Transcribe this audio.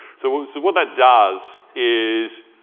so what that does is,